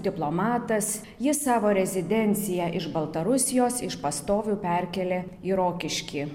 diplomatas jis savo rezidenciją iš baltarusijos iš pastovių perkėlė į rokiškį